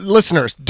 Listeners